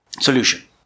solution